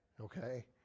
okay